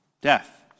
death